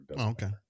okay